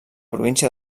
província